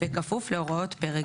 בכפוף להוראות פרק זה.